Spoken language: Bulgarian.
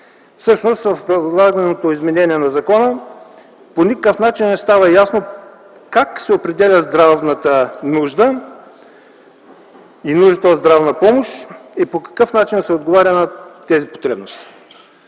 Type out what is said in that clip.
Всъщност, чрез предлаганото изменение на закона по никакъв начин не става ясно как се определя здравната нужда, нуждата от здравна помощ и по какъв начин се отговаря на тези потребности.